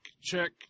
check